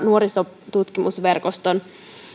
nuorisotutkimusverkoston